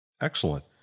Excellent